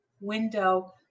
window